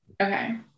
Okay